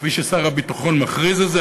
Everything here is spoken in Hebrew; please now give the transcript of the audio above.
כפי ששר הביטחון מכריז את זה.